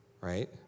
right